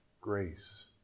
grace